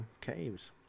caves